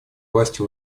власти